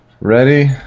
Ready